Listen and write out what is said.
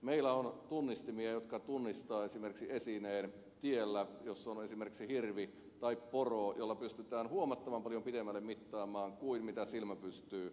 meillä on tunnistimia jotka tunnistavat esimerkiksi esineen tiellä jos on esimerkiksi hirvi tai poro ja niillä pystytään huomattavan paljon pitemmälle mittaamaan kuin mihin silmä pystyy